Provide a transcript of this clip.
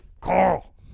Carl